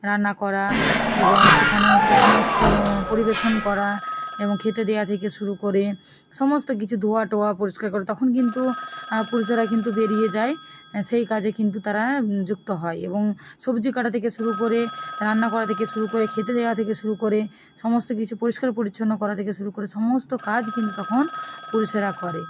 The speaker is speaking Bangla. রান্না করা এবং সেখানে হচ্ছে সমস্ত পরিবেশন করা এবং খেতে দেয়া থেকে শুরু করে সমস্ত কিছু ধোয়া টোয়া পরিষ্কার করা তখন কিন্তু পুরুষেরা কিন্তু বেরিয়ে যায় সেই কাজে কিন্তু তারা যুক্ত হয় এবং সবজি কাটা থেকে শুরু করে রান্না করা থেকে শুরু করে খেতে দেওয়া থেকে শুরু করে সমস্ত কিছু পরিষ্কার পরিচ্ছন্ন করা থেকে শুরু করে সমস্ত কাজ কিন্তু তখন পুরুষেরা করে